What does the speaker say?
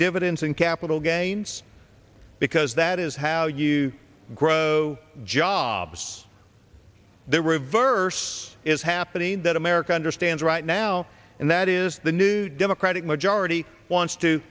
dividends and capital gains because that is how you grow jobs the reverse is happening that america understands right now and that is the new democratic majority wants to